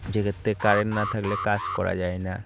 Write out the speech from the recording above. যেক্ষেত্রে কারেন্ট না থাকলে কাজ করা যায় না